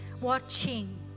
watching